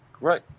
Right